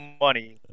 money